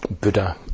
Buddha